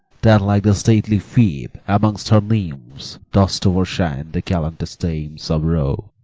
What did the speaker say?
that, like the stately phoebe mongst her nymphs, dost overshine the gallant'st dames of rome,